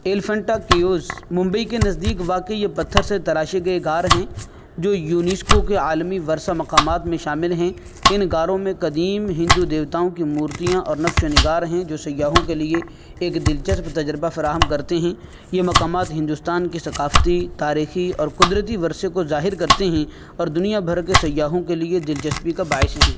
Elephanta caves Mumbai کے نزدیک واقع یہ پتھر سے تراشے گئے غار ہیں جو یونیسکو کے عالمی ورثہ مقامات میں شامل ہیں ان گاروں میں قدیم ہندو دیوتاؤں کی مورتیاں اور نقش و نگار ہیں جو سیاحوں کے لیے ایک دلچسپ تجربہ فراہم کرتے ہیں یہ مقامات ہندوستان کی ثقافتی تاریخی اور قدرتی ورثے کو ظاہر کرتے ہیں اور دنیا بھر کے سیاحوں کے لیے دلچسپی کا باعث ہیں